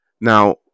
Now